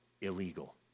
illegal